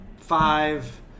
five